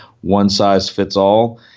one-size-fits-all